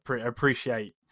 appreciate